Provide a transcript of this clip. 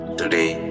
today